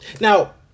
Now